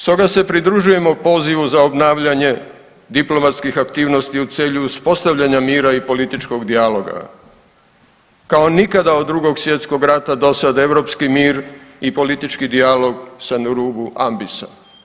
Stoga se pridružujemo pozivu za obnavljanje diplomatskih aktivnosti u cilju uspostavljanja mira i političkog dijaloga, kao nikada od Drugog svjetskog rata do sada europski mir i politički dijalog su na rubu ambisa.